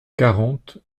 quarante